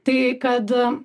tai kad